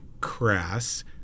crass